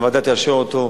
אם הוועדה תאשר אותו,